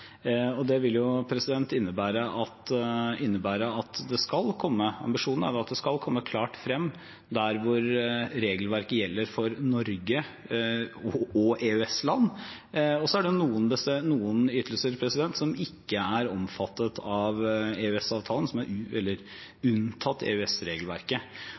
Det vil jo innebære at ambisjonen er at det skal komme klart frem der hvor regelverket gjelder for Norge og EØS-land. Og så er det noen ytelser som ikke er omfattet av EØS-avtalen, som er